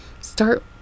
start